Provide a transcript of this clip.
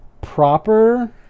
proper